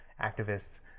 activists